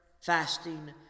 fasting